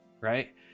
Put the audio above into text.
right